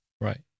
Right